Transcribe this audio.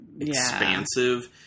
expansive